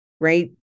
right